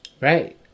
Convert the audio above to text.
right